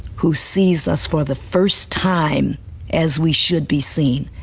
who sees us for the first time as we should be seen.